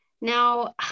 Now